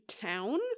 town